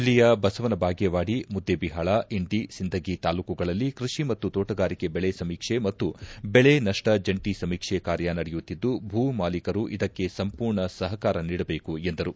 ಜಿಲ್ಲೆಯ ಬಸವನ ಬಾಗೇವಾಡಿ ಮುದ್ದೆ ಬಿಹಾಳ ಇಂಡಿ ಸಿಂಧಗಿ ತಾಲೂಕುಗಳಲ್ಲಿ ಕೃಷಿ ಮತ್ತು ತೋಟಗಾರಿಕೆ ಬೆಳೆ ಸಮೀಕ್ಷೆ ಮತ್ತು ಬೆಳೆ ನಷ್ಟ ಜಂಟಿ ಸಮೀಕ್ಷೆ ಕಾರ್ಯ ನಡೆಯುತ್ತಿದ್ದು ಭೂ ಮಾಲೀಕರು ಇದಕ್ಕೆ ಸಂಮೂರ್ಣ ಸಪಕಾರ ನೀಡಬೇಕು ಎಂದರು